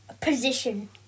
position